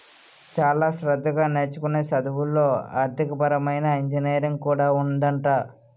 చాలా శ్రద్ధగా నేర్చుకునే చదువుల్లో ఆర్థికపరమైన ఇంజనీరింగ్ కూడా ఉందట